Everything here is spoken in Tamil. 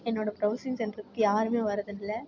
என்னோட ப்ரௌசிங் சென்ட்ருக்கு யாருமே வரறதில்ல